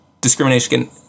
discrimination